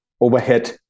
overhead